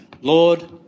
Lord